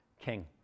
king